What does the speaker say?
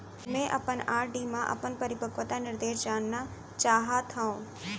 मै अपन आर.डी मा अपन परिपक्वता निर्देश जानना चाहात हव